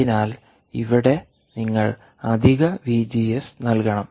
അതിനാൽ ഇവിടെ നിങ്ങൾ അധിക വിജിഎസ് നൽകണം